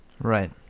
Right